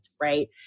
Right